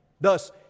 Thus